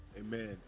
Amen